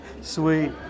Sweet